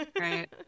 right